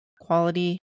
quality